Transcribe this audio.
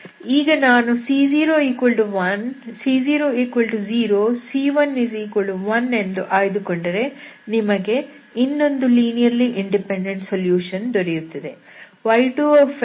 ಈಗ ನಾನು c00 c11 ಎಂದು ಆಯ್ದುಕೊಂಡರೆ ನಿಮಗೆ ಇನ್ನೊಂದು ಲೀನಿಯರ್ಲಿ ಇಂಡಿಪೆಂಡೆಂಟ್ ಸೊಲ್ಯೂಷನ್ ದೊರೆಯುತ್ತದೆ